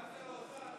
סגן שר האוצר,